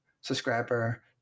subscriber